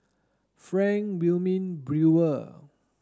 Frank Wilmin Brewer